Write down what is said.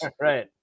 Right